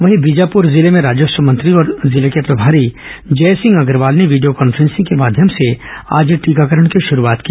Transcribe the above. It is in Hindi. वहीं बीजापुर जिले भें राजस्व मंत्री और जिले के प्रभारी जयसिंह अग्रवाल ने वीडियो कान्फ्रेंसिंग के माध्यम से आज टीकाकरण की शुरूआत की